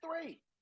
three